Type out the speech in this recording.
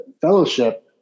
fellowship